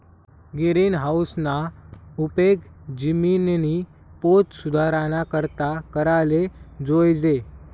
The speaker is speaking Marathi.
गिरीनहाऊसना उपेग जिमिननी पोत सुधाराना करता कराले जोयजे